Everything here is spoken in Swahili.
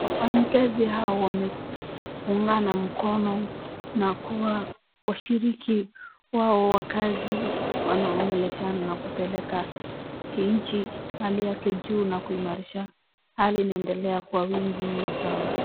Wafanyikazi hawa wameungana mkono na kuwa washiriki wao wakazi wanaongeleshana na kupeleka nchi hali yake juu na kuimarisha. Hali inaendelea kwa wingi na sawa.